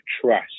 trust